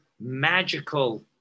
magical